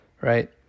right